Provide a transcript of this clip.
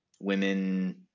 women